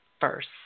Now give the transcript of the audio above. first